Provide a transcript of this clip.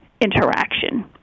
interaction